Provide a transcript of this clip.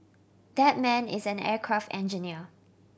that man is an aircraft engineer